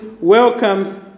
welcomes